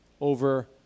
over